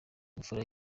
imfura